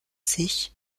sich